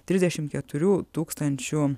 trisdešim keturių tūkstančių